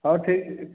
ହଉ ଠିକ୍